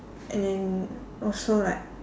and then also like